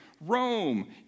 Rome